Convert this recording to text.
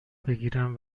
بگیرن